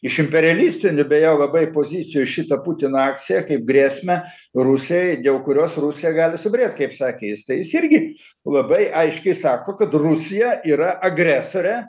iš imperialistinių beje labai pozicijų šitą putino akciją kaip grėsmę rusijai dėl kurios rusija gali subyrėt kaip sakė jis tai jis irgi labai aiškiai sako kad rusija yra agresorė